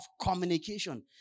communication